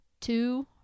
two